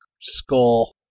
skull